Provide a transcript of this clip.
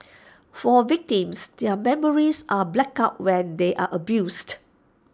for victims their memories are blacked out when they are abused